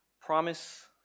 Promise